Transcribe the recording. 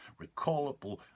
recallable